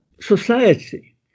society